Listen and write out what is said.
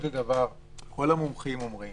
המומחים אומרים